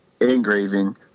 engraving